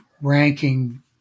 ranking